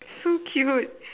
so cute